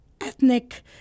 ethnic